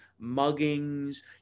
muggings